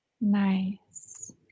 Nice